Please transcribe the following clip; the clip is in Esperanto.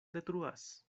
detruas